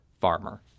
Farmer